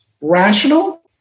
rational